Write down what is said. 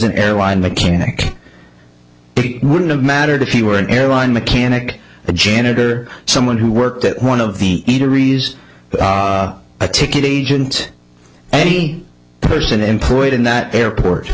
an airline mechanic it wouldn't have mattered if you were an airline mechanic a janitor someone who worked at one of the eateries a ticket agent any person employed in that airport